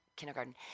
kindergarten